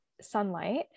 sunlight